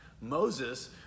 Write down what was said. Moses